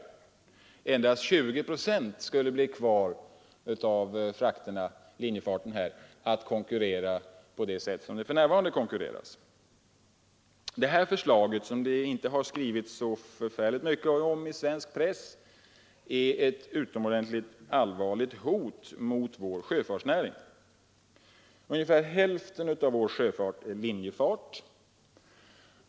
Endast 20 procent av linjefarten skulle bli kvar för konkurrens på det sätt som nu sker. Detta förslag, som det inte skrivits så mycket om i svensk press, är ett utomordentligt allvarligt hot mot vår sjöfartsnäring. Ungefär hälften av vår sjöfart är linjefart.